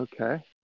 okay